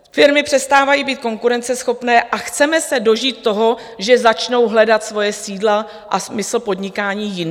Firmy přestávají být konkurenceschopné a chceme se dožít toho, že začnou hledat svoje sídla a smysl podnikání jinde?